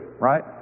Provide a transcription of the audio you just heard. right